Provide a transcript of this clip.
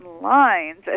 lines